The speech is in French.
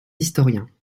historiens